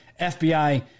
FBI